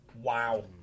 Wow